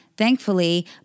thankfully